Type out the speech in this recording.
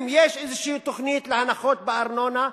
אם יש איזו תוכנית להנחות בארנונה,